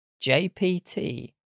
jpt